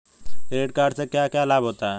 Credit card से क्या क्या लाभ होता है?